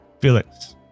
Felix